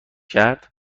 کرد